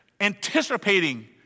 anticipating